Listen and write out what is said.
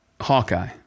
Hawkeye